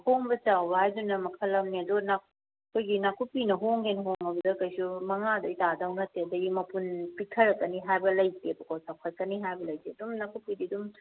ꯍꯣꯡꯕ ꯆꯥꯎꯕ ꯍꯥꯏꯗꯨꯅ ꯃꯈꯜ ꯑꯃꯅꯦ ꯑꯗꯨꯒ ꯑꯩꯈꯣꯏꯒꯤ ꯅꯥꯀꯨꯞꯄꯤꯅ ꯍꯣꯡꯒꯦ ꯍꯣꯡꯉꯕꯗ ꯀꯩꯁꯨ ꯃꯉꯥꯗꯩ ꯇꯥꯗꯧ ꯅꯠꯇꯦ ꯑꯗꯒꯤ ꯃꯄꯨꯟ ꯄꯤꯛꯊꯔꯛꯀꯅꯤ ꯍꯥꯏꯕ ꯂꯩꯇꯦꯕꯀꯣ ꯆꯥꯎꯈꯠꯀꯅꯤ ꯍꯥꯏꯕ ꯂꯩꯇꯦ ꯑꯗꯨꯝ ꯅꯥꯀꯨꯞꯄꯤꯗꯤ ꯑꯗꯨꯝ